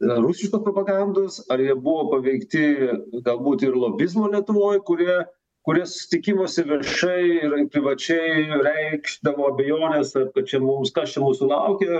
ar rusiškos propagandos ar jie buvo paveikti galbūt ir lobizmo lietuvoj kurie kurie susitikimuose viešai ir ir privačiai reikšdavo abejones ar kad čia mums kas čia mūsų laukia